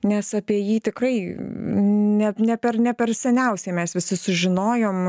nes apie jį tikrai ne ne per ne per seniausiai mes visi sužinojom